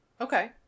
Okay